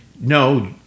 no